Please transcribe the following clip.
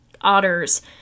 otters